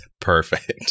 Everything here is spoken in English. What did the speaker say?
Perfect